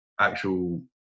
actual